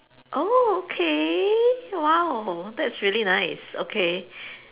oh okay !wow! that's really nice okay